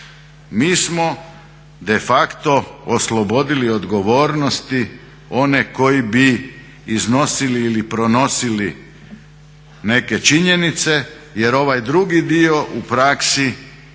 mi smo de facto oslobodili odgovornosti one koji bi iznosili ili pronosili neke činjenice, jer ovaj drugi dio u praksi